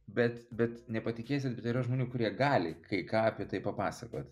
bet bet nepatikėsit bet yra žmonių kurie gali kai ką apie tai papasakot